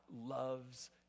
loves